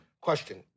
Question